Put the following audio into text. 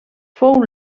fou